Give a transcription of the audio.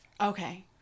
Okay